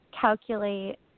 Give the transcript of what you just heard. calculate